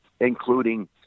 including